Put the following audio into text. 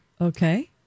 Okay